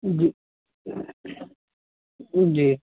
جی جی